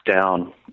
down